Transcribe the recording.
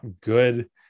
good